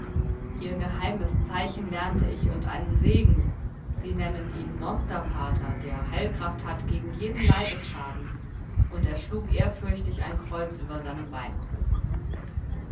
ihr geheimes zeichen lernte ich und einen segen sie nennen ihn nosterpater der heilkraft hat gegen jeden leibesschaden und er schlug ehrfürchtig ein kreuz über seinem weinkrug